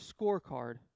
scorecard